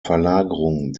verlagerung